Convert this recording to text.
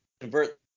convert